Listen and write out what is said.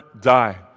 die